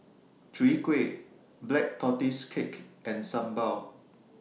Chwee Kueh Black Tortoise Cake and Sambal